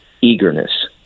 eagerness